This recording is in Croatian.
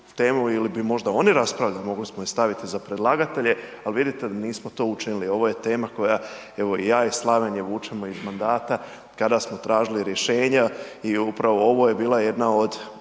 ili bi možda oni raspravljali, mogli smo ih staviti za predlagatelje, al vidite da nismo to učinili, ovo je tema koja, evo i ja i Slaven je vučemo iz mandata kada smo tražili rješenja i upravo ovo je bila jedna od